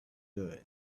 return